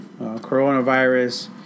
coronavirus